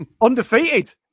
undefeated